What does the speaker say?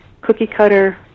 cookie-cutter